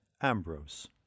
Ambrose